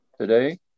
today